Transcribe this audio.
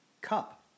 Cup